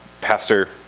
pastor